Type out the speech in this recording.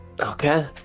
Okay